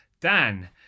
Dan